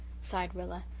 sighed rilla.